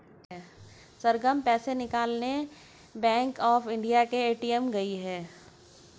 सरगम पैसे निकालने bank of India के ए.टी.एम गई है